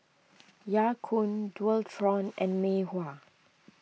Ya Kun Dualtron and Mei Hua